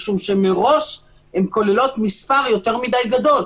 משום שמראש הן כוללות מספר יותר מדי גדול.